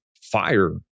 fire